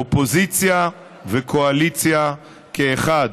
אופוזיציה וקואליציה כאחת,